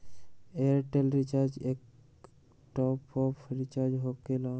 Airtel recharge एकर top off recharge होकेला?